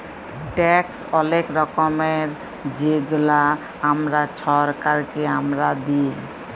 tax অলেক রকমের যেগলা আমরা ছরকারকে আমরা দিঁই